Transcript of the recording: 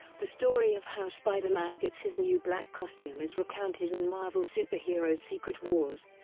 the story of how spider-man gets his new black costume is recounted in marvel super heroes secret wars,